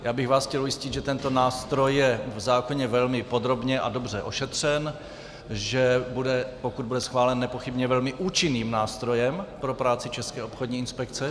Chtěl bych vás ujistit, že tento nástroj je v zákoně velmi podrobně a dobře ošetřen, že bude, pokud bude schválen, velmi účinným nástrojem pro práci České obchodní inspekce.